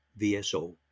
VSO